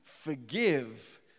Forgive